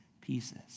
pieces